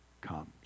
comes